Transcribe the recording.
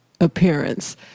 appearance